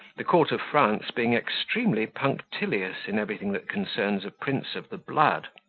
the court of france being extremely punctilious in everything that concerns a prince of the blood